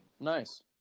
Nice